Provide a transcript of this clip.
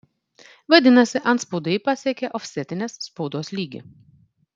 vadinasi antspaudai pasiekė ofsetinės spaudos lygį